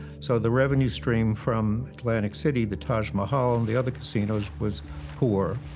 so the revenue stream from atlantic city, the taj mahal, and the other casinos was poor.